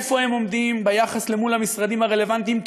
איפה הם עומדים ביחס למשרדים הרלוונטיים,